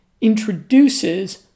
introduces